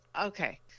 Okay